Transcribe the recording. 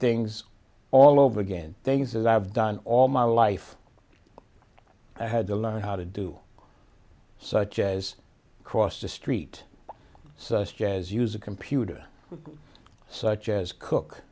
things all over again things that i've done all my life i had to learn how to do such as across the street so jazz use a computer such as cook